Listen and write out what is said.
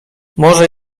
może